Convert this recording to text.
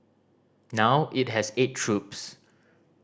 now it has eight troops